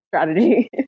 strategy